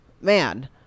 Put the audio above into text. man